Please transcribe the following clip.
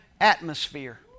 atmosphere